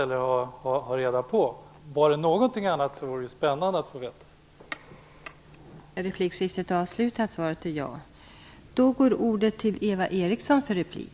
Om det finns någonting annat vore det spännande att få reda på det.